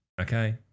okay